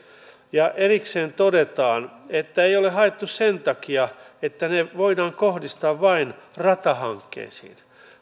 ja erikseen todetaan että ei ole haettu sen takia että ne voidaan kohdistaa vain ratahankkeisiin